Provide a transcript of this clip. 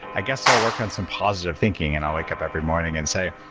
i guess i'll work on some positive thinking and i'll wake up every morning and say,